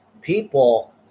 people